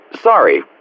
Sorry